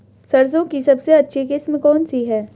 सरसों की सबसे अच्छी किस्म कौन सी है?